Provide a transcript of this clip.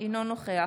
אינו נוכח